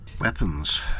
weapons